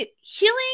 healing